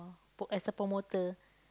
oh as a promoter